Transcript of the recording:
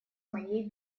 моей